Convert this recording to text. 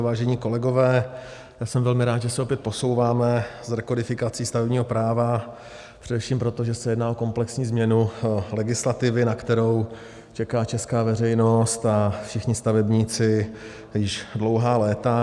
Vážení kolegové, já jsem velmi rád, že se opět posouváme s rekodifikací stavebního práva, především proto, že se jedná o komplexní změnu legislativy, na kterou čeká česká veřejnost a všichni stavebníci již dlouhá léta.